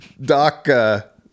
Doc